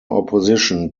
opposition